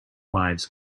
wives